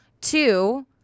Two